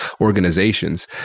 organizations